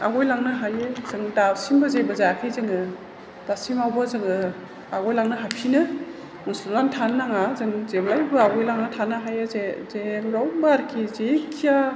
आवगायलांनो हायो जों दासिमबो जेबो जायाखै जोङो दासिमावबो जोङो आवगायलांनो हाफिनो उन्सलथनानै थानो नाङा जों जेब्लायबो आवगायलांना थानो हायो जे जेरावबो आरखि जेखिया